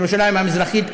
ירושלים המזרחית,